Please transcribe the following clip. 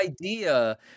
idea